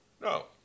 no